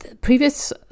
previous